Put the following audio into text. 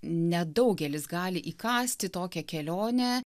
nedaugelis gali įkąsti tokią kelionę